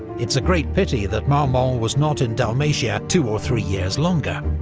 it's a great pity that marmont was not in dalmatia two or three years longer!